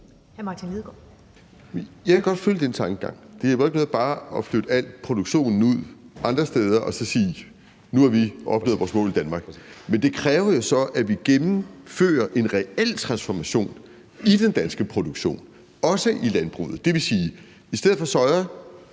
Jeg kan godt følge den tankegang. Det hjælper ikke noget bare at flytte produktionen ud andre steder og så sige: Nu har vi opnået vores mål i Danmark. Men det kræver jo så, at vi gennemfører en reel transformation i den danske produktion, også i landbruget. Det vil sige: I stedet for soja